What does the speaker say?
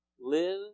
live